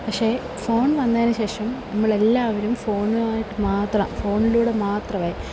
പക്ഷേ ഫോണ് വന്നതിന് ശേഷം നമ്മളെല്ലാവരും ഫോണുമായിട്ട് മാത്രമാണ് ഫോണിലൂടെ മാത്രമേ